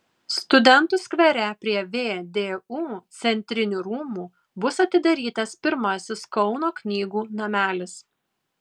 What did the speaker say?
studentų skvere prie vdu centrinių rūmų bus atidarytas pirmasis kauno knygų namelis